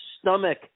stomach